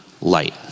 light